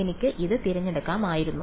എനിക്ക് ഇത് തിരഞ്ഞെടുക്കാമായിരുന്നു